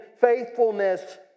faithfulness